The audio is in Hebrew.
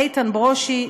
איתן ברושי,